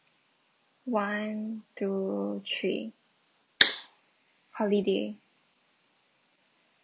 one two three holiday